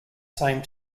same